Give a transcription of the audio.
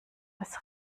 was